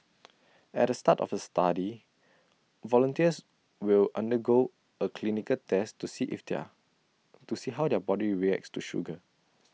at the start of the study volunteers will undergo A clinical test to see if there to see how their body reacts to sugar